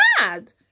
mad